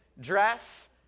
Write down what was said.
dress